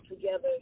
together